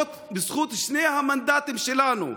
בזכות שני המנדטים שלנו,